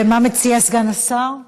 מה מציע סגן השר?